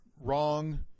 Wrong